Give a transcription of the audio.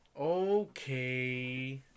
Okay